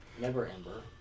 Never-Ember